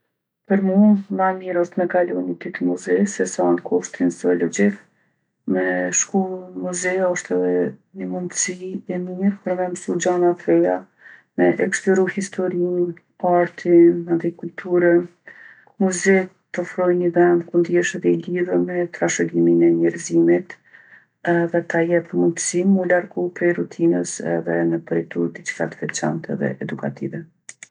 Për mu ma mirë osht me kalu ni ditë n'muze sesa n'kopshtin zologjik. Me shku n'muze osht edhe ni mundsi e mirë për me msu gjana t'reja, me eksploru historinë, artin, mandej kulturën. Muzetë t'ofrojnë ni vend ku nidhesh edhe e lidhun me trashëgiminë e njerzimiti edhe ta jep mundsinë m'u largu prej rutinës edhe më përjetu diçka t'veçantë edhe edukative.